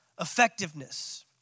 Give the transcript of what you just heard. effectiveness